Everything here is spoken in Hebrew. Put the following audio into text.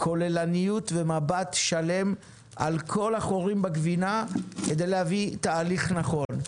כוללניות ומבט שלם על כל החורים בגבינה כדי להוביל תהליך נכון.